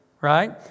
right